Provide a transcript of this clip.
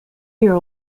your